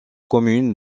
commune